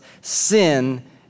sin